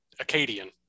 Acadian